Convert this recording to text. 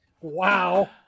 Wow